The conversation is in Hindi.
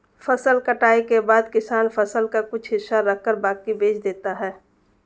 फसल कटाई के बाद किसान फसल का कुछ हिस्सा रखकर बाकी बेच देता है